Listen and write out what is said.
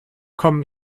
kommen